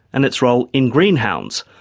and its role in greenhounds,